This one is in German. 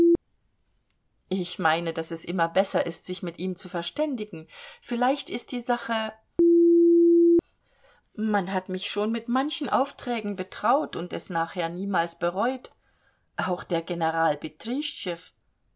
ich meine daß es immer besser ist sich mit ihm zu verständigen vielleicht ist die sache man hat mich schon mit manchen aufträgen betraut und es nachher niemals bereut auch der general